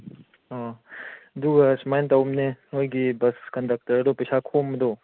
ꯑꯥ ꯑꯗꯨꯒ ꯁꯨꯃꯥꯏ ꯇꯧꯕꯅꯦ ꯅꯣꯏꯒꯤ ꯕꯁ ꯀꯟꯗꯛꯇꯔꯗꯣ ꯄꯩꯁꯥ ꯈꯣꯝꯕꯗꯣ